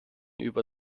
über